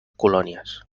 colònies